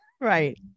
Right